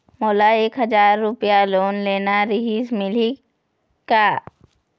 मोला एक हजार रुपया लोन लेना रीहिस, मिलही का?